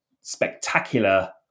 spectacular